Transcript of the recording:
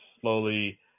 slowly